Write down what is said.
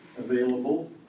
available